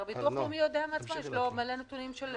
ביטוח לאומי יודע מעצמו, יש לו מלא נתונים.